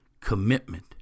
Commitment